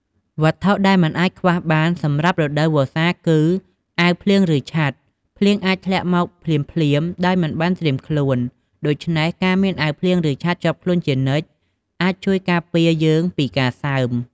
វត្ថុដែលមិនអាចខ្វះបានសម្រាប់រដូវវស្សាគឺ អាវភ្លៀង ឬ ឆ័ត្រ។ ភ្លៀងអាចធ្លាក់មកភ្លាមៗដោយមិនបានត្រៀមខ្លួន ដូច្នេះការមានអាវភ្លៀង ឬឆ័ត្រជាប់ខ្លួនជានិច្ច អាចជួយការពារយើងពីការសើម។